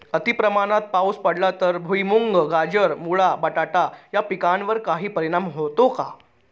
अतिप्रमाणात पाऊस पडला तर भुईमूग, गाजर, मुळा, बटाटा या पिकांवर काही परिणाम होतो का?